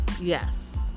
Yes